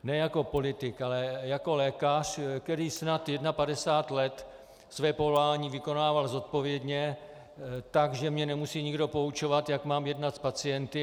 Ne jako politik, ale jako lékař, který snad 51 let své povolání vykonával zodpovědně tak, že mě nemusí nikdo poučovat, jak mám jednat s pacienty.